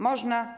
Można?